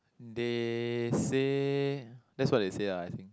they say that's what they say lah I think